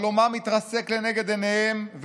חלומם מתרסק לנגד עיניהם,